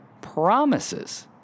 promises